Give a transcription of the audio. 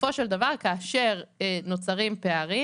בסופו של דבר כאשר נוצרים פערים,